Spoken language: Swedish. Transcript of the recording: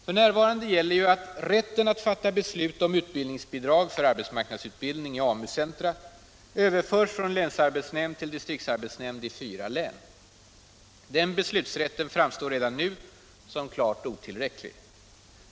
F.n. gäller, att rätten att fatta beslut om utbildningsbidrag för arbetsmarknadsutbildning i AMU-centra överförs från länsarbetsnämnd till distriktsarbetsnämnd i fyra län. Den beslutsrätten framstår redan nu som klart otillräcklig.